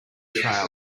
trail